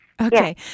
Okay